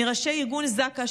מראשי ארגון זק"א,